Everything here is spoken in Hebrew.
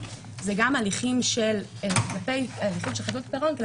זה גם הליכי חדלות פירעון של תהליכים,